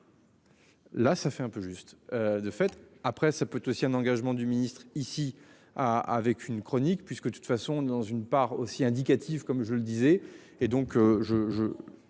Là ça fait un peu juste. De fait, après, ça peut aussi un engagement du ministre ici à avec une chronique puisque de toute façon dans une part aussi indicatif comme je le disais et donc je